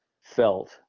felt